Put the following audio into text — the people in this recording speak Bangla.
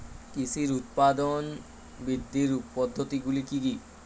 কৃষির উৎপাদন বৃদ্ধির পদ্ধতিগুলি কী কী?